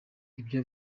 ibyo